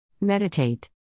Meditate